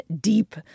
deep